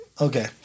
Okay